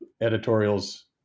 editorials